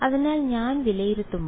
അതിനാൽ ഞാൻ വിലയിരുത്തുമ്പോൾ